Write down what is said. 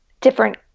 different